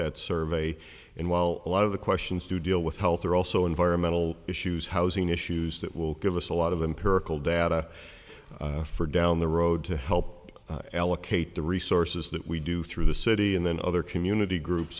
that survey and while a lot of the questions to deal with health are also environmental issues housing issues that will give us a lot of empirical data for down the road to help allocate the resources that we do through the city and then other community groups